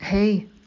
Hey